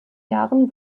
jahren